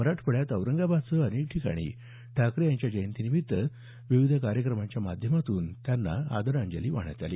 मराठवाड्यात औरंगाबाद सह अनेक ठिकाणी ठाकरे यांच्या जयंतीनिमित्त विविध कार्यक्रमाच्या माध्यमातून त्यांना आदरांजली वाहण्यात आली